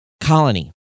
Colony